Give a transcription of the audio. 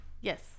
Yes